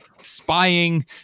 spying